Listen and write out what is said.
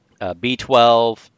B12